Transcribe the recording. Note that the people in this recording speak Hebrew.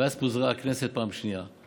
ואז פוזרה הכנסת פעם שנייה.